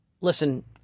listen